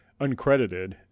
uncredited